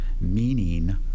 meaning